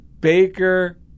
Baker